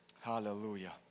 Hallelujah